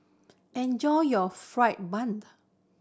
enjoy your fried bun